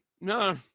no